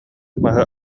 маһы